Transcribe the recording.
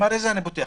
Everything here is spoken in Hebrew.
אמר: איזה אני פותח,